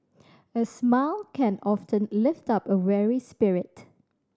a smile can often lift up a weary spirit